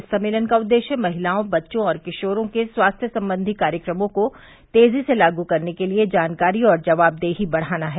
इस सम्मेलन का उद्देश्य महिलाओं बच्चों और किशोरों के स्वास्थ्य संबंधी कार्यक्रमों को तेजी से लागू करने के लिए जानकारी और जवाबदेही बढ़ाना है